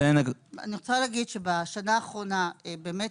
אני רוצה להגיד שבשנה האחרונה החיסון הזה באמת